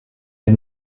der